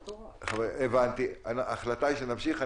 הבנתי, ההחלטה היא שנמשיך.